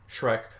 Shrek